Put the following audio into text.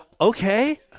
Okay